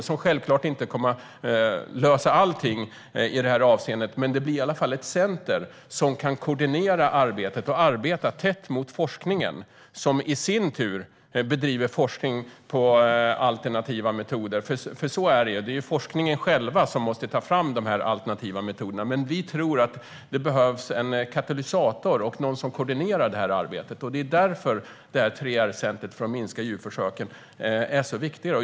Det kommer självklart inte att lösa allt, men det blir i alla fall ett center som kan koordinera arbetet och arbeta tätt med forskningen, som i sin tur bedriver forskning på alternativa metoder. Forskningen måste ju själv ta fram de alternativa metoderna, men vi tror att det behövs en katalysator och någon som koordinerar detta arbete. Det är därför ett 3R-center för att minska djurförsöken är så viktigt.